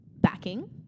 backing